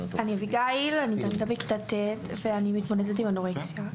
אני תלמידה בכיתה ט' ואני מתמודדת עם אנורקסיה.